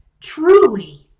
Truly